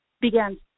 began